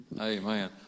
Amen